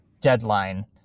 deadline